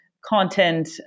content